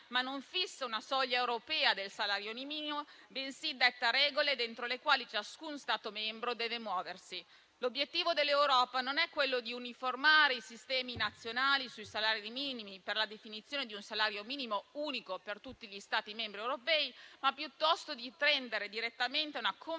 non fissa una soglia europea del salario minimo, bensì detta le regole dentro le quali ciascun Stato membro deve muoversi. L'obiettivo dell'Europa non è quello di uniformare i sistemi nazionali sui salari minimi per la definizione di un salario minimo unico per tutti gli Stati membri europei, ma piuttosto di tendere direttamente a una convergenza